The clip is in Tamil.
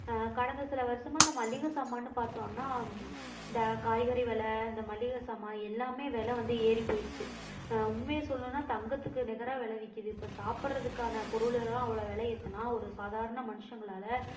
கடந்த சில வருஷமா இந்த மளிகை சாமான்னு பார்த்தோன்னா இந்த காய்கறி வெலை இந்த மளிகை சாமான் எல்லாமே வெலை வந்து ஏறி போயிருச்சு உண்மையை சொல்லணுனா தங்கத்துக்கு நிகராக வெலை விற்கிது இப்போ சாப்பிடறதுக்கான பொருளல்லாம் அவ்வளோ வெலை ஏற்றினா ஒரு சாதாரண மனுஷங்களால்